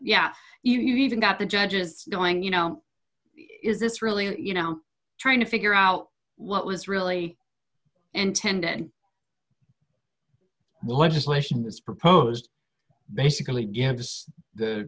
yeah you've even got the judges going you know is this really you know trying to figure out what was really intended legislation was proposed basically gives the